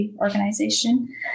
organization